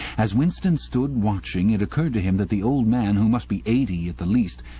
as winston stood watching, it occurred to him that the old man, who must be eighty at the least,